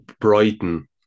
Brighton